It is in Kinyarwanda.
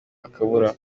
akabura